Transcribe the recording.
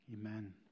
amen